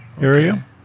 area